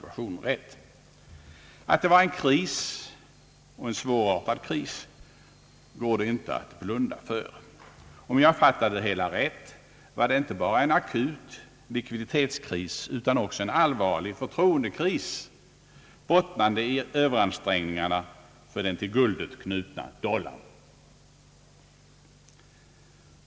Att det var en kris — och en svårartad kris — går det inte att blunda för. Om jag fattade det hela rätt var det inte bara en akut likviditetskris, utan också en allvarlig förtroendekris, bottnande i Ööveransträngningarna för den till guldet knutna dollarn.